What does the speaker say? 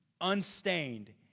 unstained